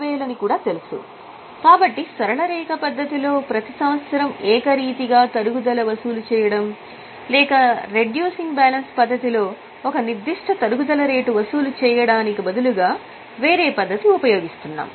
10000 అని కూడా తెలుసు కాబట్టి సరళ రేఖ పద్ధతి లో ప్రతి సంవత్సరం ఏకరీతిగా తరుగుదల వసూలు చేయడం లేక రెడ్యూసింగ్ బ్యాలెన్స్ పద్ధతి లో ఒక నిర్దిష్ట రేటుకు తరుగుదల వసూలు చేయడానికి బదులుగా వేరే పద్ధతి ఉపయోగిస్తున్నాం